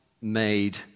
made